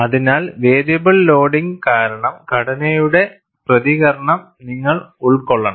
അതിനാൽ variable loading കാരണം ഘടനയുടെ പ്രതികരണം നിങ്ങൾ ഉൾക്കൊള്ളണം